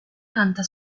canta